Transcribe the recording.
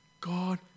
God